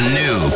new